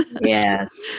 Yes